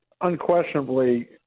unquestionably